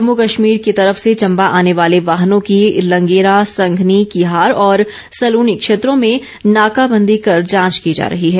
जम्मू कश्मीर की तरफ से चम्बा आने वाले वाहनों की लंगेरा संघनी किहार और सलूणी क्षेत्रों में नाकाबंदी कर जांच की जा रही है